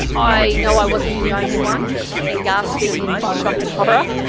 i know i wasn't the only one in gasping in shock and horror.